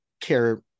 care